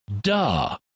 duh